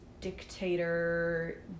dictator